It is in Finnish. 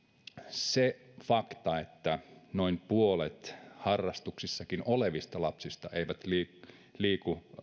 se fakta että noin puolet harrastuksissakin olevista lapsista ei liiku